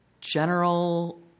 General